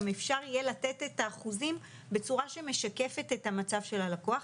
אפשר יהיה לתת את האחוזים בצורה שמשקפת את המצב של הלקוח.